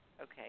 Okay